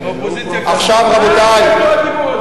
בפברואר או במרס, מה זה לא להפריע?